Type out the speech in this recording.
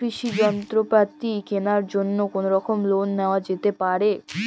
কৃষিযন্ত্রপাতি কেনার জন্য কোনোরকম লোন পাওয়া যেতে পারে?